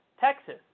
Texas